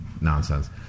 nonsense